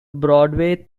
broadway